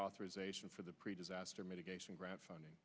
authorization for the pre disaster mitigation grant funding